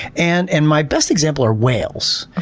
and and my best example are whales.